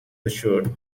assured